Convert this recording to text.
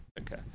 Okay